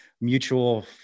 mutual